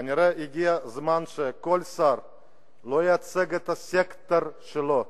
כנראה הגיע הזמן ששר לא ייצג את הסקטור שלו.